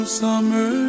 summer